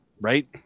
right